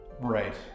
Right